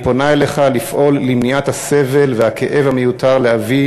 אני פונה אליך לפעול למניעת הסבל והכאב המיותר לאבי